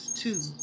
two